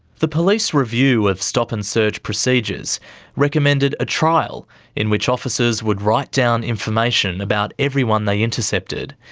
the police review of stop and search procedures recommended a trial in which officers would write down information about everyone they intercepted.